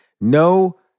No